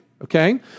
Okay